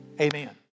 Amen